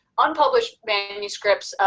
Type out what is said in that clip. unpublished manuscripts.